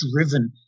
driven